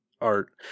art